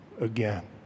again